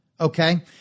okay